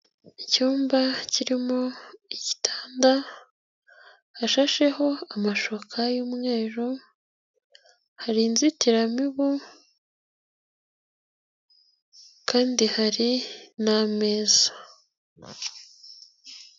Icyumba kirimo igitanda hashasheho amashuka y'umweru, hari inzitiramibu kandi hari n' ameza.